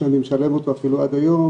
שאני משלם אותו אפילו עד היום,